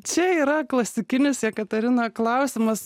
čia yra klasikinis jekaterina klausimas